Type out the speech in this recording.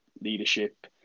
leadership